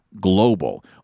global